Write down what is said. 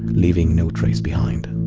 leaving no trace behind.